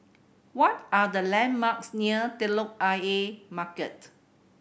what are the landmarks near Telok Ayer Market